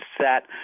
set